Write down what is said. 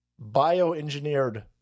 bioengineered